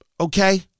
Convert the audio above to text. Okay